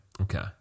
Okay